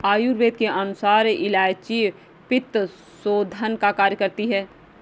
आयुर्वेद के अनुसार इलायची पित्तशोधन का कार्य करती है